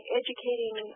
educating